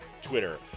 twitter